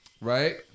right